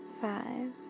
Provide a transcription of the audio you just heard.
five